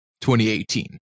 2018